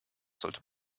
sollte